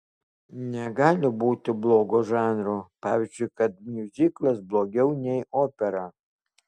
negali būti blogo žanro pavyzdžiui kad miuziklas blogiau nei opera